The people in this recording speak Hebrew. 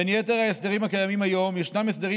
בין יתר ההסדרים הקיימים היום ישנם הסדרים